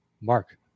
Mark